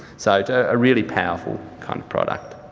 so a really powerful kind of product.